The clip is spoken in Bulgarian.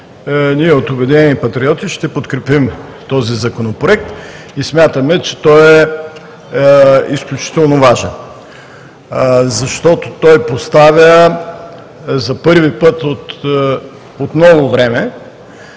От „Обединени патриоти“ ще подкрепим този законопроект и смятаме, че той е изключително важен, защото за първи път от много време